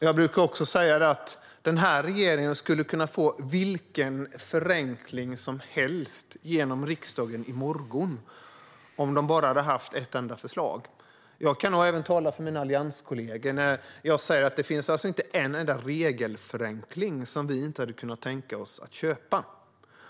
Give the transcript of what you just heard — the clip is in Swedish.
Jag brukar säga att denna regering skulle kunna få vilken förenkling som helst genom riksdagen i morgon om de bara hade haft ett enda förslag. Jag kan nog även tala för mina allianskollegor när jag säger att det inte finns en enda regelförenkling som vi inte hade kunnat tänka oss att köpa.